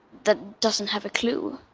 that doesn't have a clue.